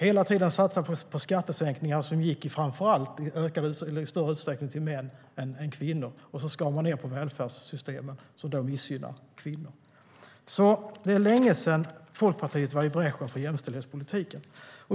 Ni satsade hela tiden på skattesänkningar som i större utsträckning gick till män än till kvinnor, och ni skar ned på välfärdssystemen vilket missgynnar kvinnor. Det är alltså länge sedan Folkpartiet gick i bräschen för jämställdhetspolitiken.